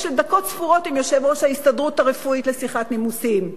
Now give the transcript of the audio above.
לדקות ספורות עם יושב-ראש ההסתדרות הרפואית לשיחת נימוסין?